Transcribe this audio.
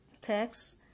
text